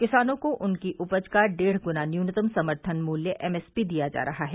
किसानों को उनकी उपज का डेढ़ गुना न्यूनतम समर्थन मुत्य एमएसपी दिया जा रहा है